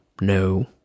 no